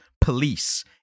police